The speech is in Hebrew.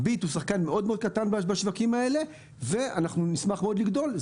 "ביט" הוא שחקן מאוד קטן בשווקים האלה ואנחנו נשמח מאוד לגדול.